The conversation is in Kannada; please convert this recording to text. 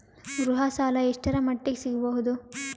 ಗೃಹ ಸಾಲ ಎಷ್ಟರ ಮಟ್ಟಿಗ ಸಿಗಬಹುದು?